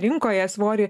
rinkoje svorį